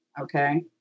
Okay